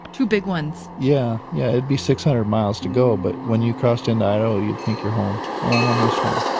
two big ones. yeah, yeah. it'd be six-hundred miles to go. but when you crossed into idaho you think you're home, oh i'm almost home.